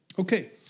Okay